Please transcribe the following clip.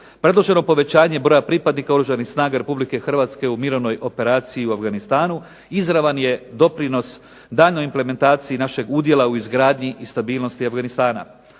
Predloženo povećanje broja pripadnika Oružanih snaga RH u mirovnoj operaciji u Afganistanu izravan je doprinos daljnjoj implementaciji našeg udjela u izgradnji i stabilnosti Afganistana.